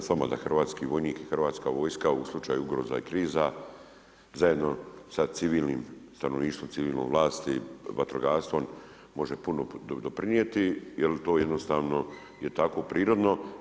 Slažem se s vama da hrvatski vojnik i hrvatska vojska u slučaju ugroza i kriza zajedno sa civilnim stanovništvom i civilnom vlasti, vatrogastvom, može puno doprinijeti jer to je jednostavno tako prirodno.